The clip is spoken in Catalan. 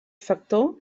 factor